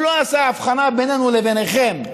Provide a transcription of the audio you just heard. הוא לא עשה הבחנה בינינו לבינכם.